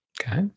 Okay